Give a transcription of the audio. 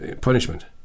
punishment